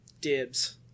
Dibs